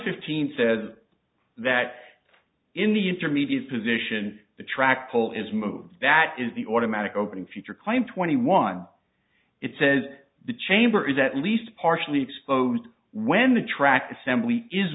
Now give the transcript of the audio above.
fifteen says that in the intermediate position the track poll is moved that is the automatic opening future claim twenty one it says the chamber is at least partially exposed when the track assembly is